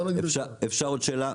אם אפשר, יושב הראש, אם אפשר עוד שאלה?